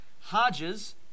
Hodges